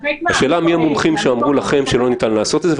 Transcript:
השאלה היא מי המומחים שאמרו לכם שלא ניתן לעשות את זה.